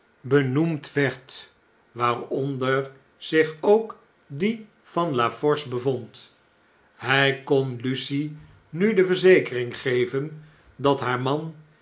benoemd werd waaronder zich ook die van la force bevond hjj kon lucie nu de verzekering geven dat haar man